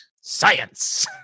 Science